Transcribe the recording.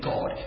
God